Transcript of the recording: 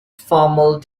formal